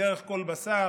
בדרך כל בשר,